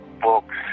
books